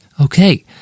Okay